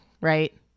right